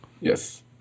Yes